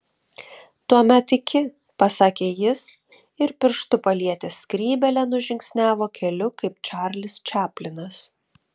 tuomet iki pasakė jis ir pirštu palietęs skrybėlę nužingsniavo keliu kaip čarlis čaplinas